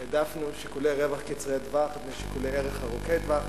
העדפנו שיקולי רווח קצרי טווח על שיקולי ערך ארוכי טווח.